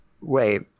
Wait